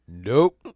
Nope